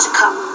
come